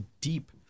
deep